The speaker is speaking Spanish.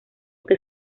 que